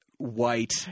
White